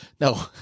No